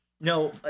no